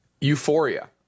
euphoria